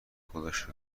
خودش